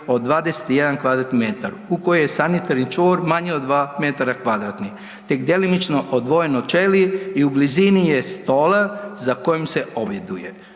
od 21 kvadratni metar u kojem je sanitarni čvor manji od 2 m2 tek djelomično odvojen od ćelije i u blizini je stola za kojim se objeduje.